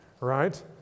right